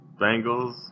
Bengals